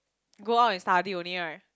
go out and study only right